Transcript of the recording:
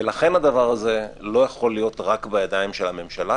ולכן הדבר הזה לא יכול להיות רק בידיים של הממשלה,